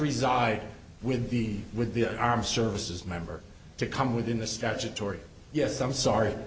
reside with the with the armed services member to come within the statutory yes i'm sorry